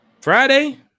Friday